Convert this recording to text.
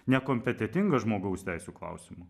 nekompetentingas žmogaus teisių klausimu